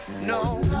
no